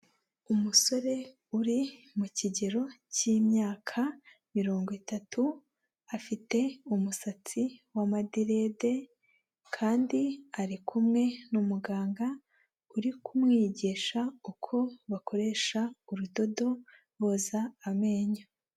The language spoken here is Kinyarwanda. Umusore uri mu kigero cy'imyaka mirongo itatu, afite umusatsi w'amaderede kandi ari kumwe n'umuganga uri kumwigisha uko bakoresha urudodo boza amenyo.